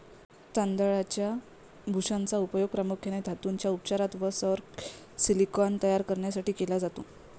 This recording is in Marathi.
तांदळाच्या भुशाचा उपयोग प्रामुख्याने धातूंच्या उपचारात व सौर सिलिकॉन तयार करण्यासाठी केला जातो